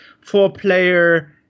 four-player